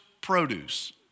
produce